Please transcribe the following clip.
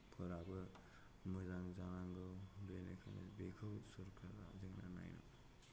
फोराबो मोजां जानांगौ बेनिखायनो बेखौ सरखारा जोंना नायनांगौ